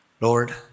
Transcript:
Lord